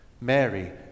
Mary